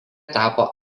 tapo